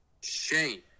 Shane